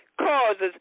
causes